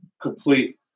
complete